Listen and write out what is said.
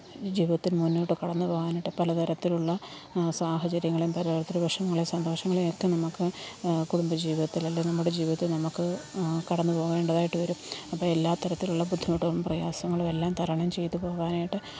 ജീവിതത്തിൽ മുന്നോട്ടു കടന്നു പോകാനായിട്ട് പലതരത്തിലുള്ള സാഹചര്യങ്ങളും പലതരത്തിലെ വിഷമങ്ങളെ സന്തോഷങ്ങളെ ഒക്കെ നമുക്ക് കുടുംബ ജീവിതത്തിലെ ല്ലേ നമ്മുടെ ജീവിതത്തിൽ നമുക്ക് കടന്നു പോകേണ്ടതായിട്ടു വരും അപ്പോൾ എല്ലാ തരത്തിലുള്ള ബുദ്ധിമുട്ടും പ്രയാസങ്ങളുമെല്ലാം തരണം ചെയ്ത് പോകാനായിട്ട്